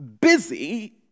busy